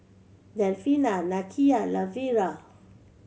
Delfina Nakia Lavera